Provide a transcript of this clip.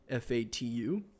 fatu